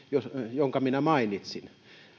jonka mainitsin